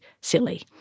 silly